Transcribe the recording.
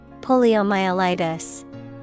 Poliomyelitis